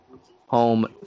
home